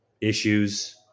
issues